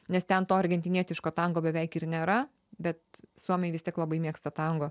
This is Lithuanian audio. nes ten to argentinietiško tango beveik ir nėra bet suomiai vis tiek labai mėgsta tango